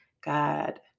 God